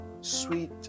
sweet